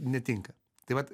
netinka tai vat